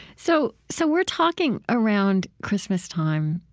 so so, we're talking around christmastime,